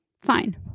Fine